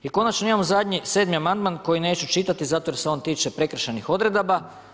I konačno imamo zadnji sedmi amandman koji neću čitati zato jer se on tiče prekršajnih odredaba.